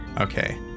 Okay